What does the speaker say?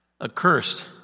Accursed